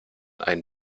ein